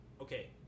okay